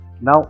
Now